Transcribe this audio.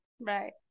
Right